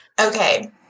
Okay